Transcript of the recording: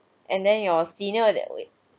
and then your senior that wait